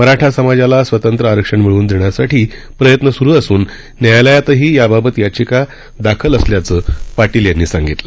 मराठा समाजाला स्वतंत्र आरक्षण मिळवून देण्यासाठी प्रयत्न सुरू असून न्यायालयात सुद्धा याबाबत याचिका दाखल असल्याचं पाटील यांनी सांगितलं